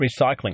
recycling